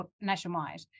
nationwide